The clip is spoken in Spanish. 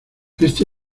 este